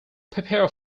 prepare